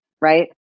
right